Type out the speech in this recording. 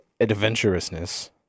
adventurousness